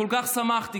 כל כך שמחתי,